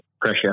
pressure